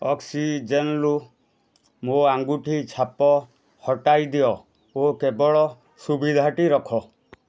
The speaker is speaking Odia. ଅକ୍ସିଜେନରୁ ମୋ ଆଙ୍ଗୁଠି ଛାପ ହଟାଇ ଦିଅ ଓ କେବଳ ସୁବିଧାଟି ରଖ